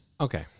Okay